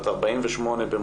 בת 48 במותה,